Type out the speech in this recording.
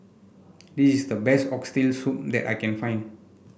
this is the best Oxtail Soup that I can find